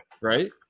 Right